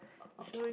okay